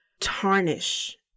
tarnish